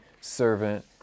servant